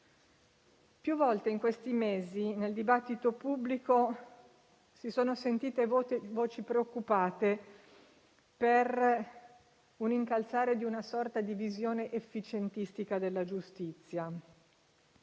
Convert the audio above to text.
Più volte in questi mesi, nel dibattito pubblico, si sono sentite voci preoccupate per l'incalzare di una sorta di visione efficientistica della giustizia.